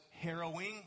harrowing